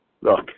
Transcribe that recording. Look